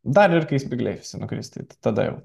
dar ir kai spygliai nukris tai tada jau